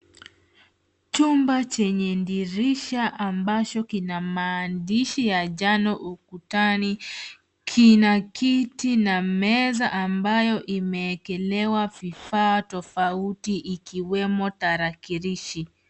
Chumba chenye dirisha ambacho kina maandishi ya njano ukutani. Kina kiti na meza ambayo imewekelewa vifaa tofauti, ikiwemo tarakilishi.